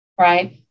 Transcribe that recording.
right